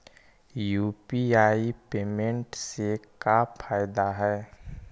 UPI payment से का फायदा है?